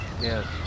Yes